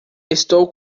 estou